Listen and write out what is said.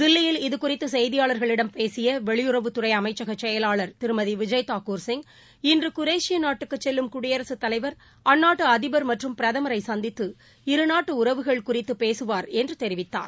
தில்லியில் இது குறித்து செய்தியாளர்களிடம் பேசிய வெளியுறவுத்துறை அமைச்சக செயலாளர் திருமதி விஜய் தாக்கூர் சிங் இன்று குரேஷிய நாட்டுக்கு செல்லும் குடியரசுத் தலைவர் அந்நாட்டு அதிபர் மற்றும் பிரதமரை சந்தித்து இரு நாட்டு உறவுகள் குறித்து பேசுவார் என்று தெரிவித்தார்